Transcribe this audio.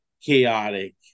chaotic